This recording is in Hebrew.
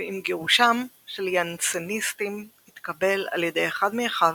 ועם גירושם של יאנסניסטים התקבל על ידי אחד מאחיו,